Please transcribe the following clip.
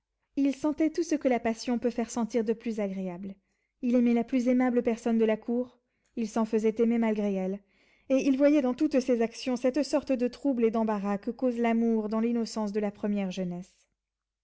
il sentait tout ce que la passion peut faire sentir de plus agréable il aimait la plus aimable personne de la cour il s'en faisait aimer malgré elle et il voyait dans toutes ses actions cette sorte de trouble et d'embarras que cause l'amour dans l'innocence de la première jeunesse